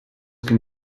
can